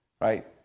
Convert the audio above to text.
Right